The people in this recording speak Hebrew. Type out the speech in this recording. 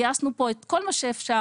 גייסנו פה את כל מה שאפשר,